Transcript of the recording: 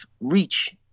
reach